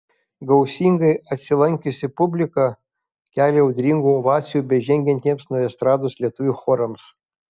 gausingai atsilankiusi publika kelia audringų ovacijų bežengiantiems nuo estrados lietuvių chorams